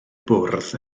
bwrdd